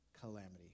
calamity